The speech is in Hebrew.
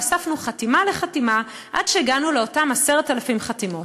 ואספנו חתימה לחתימה עד שהגענו לאותן 10,000 חתימות.